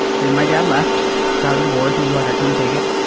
then, my dad left got a divorce. he was, like, i can't take it.